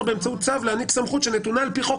באמצעות צו להעניק סמכות שנתונה על פי חוק,